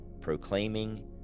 proclaiming